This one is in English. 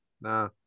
Nah